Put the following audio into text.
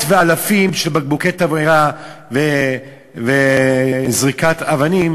ואלפים בקבוקי תבערה וזריקת אבנים,